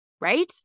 right